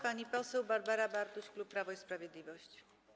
Pani poseł Barbara Bartuś, klub Prawo i Sprawiedliwość.